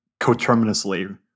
coterminously